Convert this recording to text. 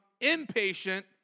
impatient